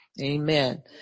Amen